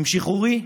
עם שחרורי,